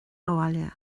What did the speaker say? abhaile